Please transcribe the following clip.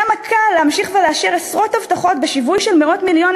כמה קל להמשיך ולאשר עשרות הבטחות בשווי של מאות מיליונים